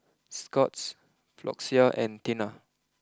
Scott's Floxia and Tena